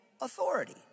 authority